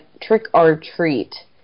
trick-or-treat